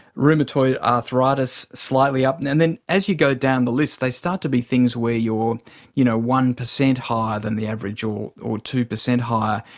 rheumatoid arthritis, slightly up. and and then as you go down the list they start to be things where you are you know one percent higher than the average or or two percent higher,